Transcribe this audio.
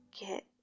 get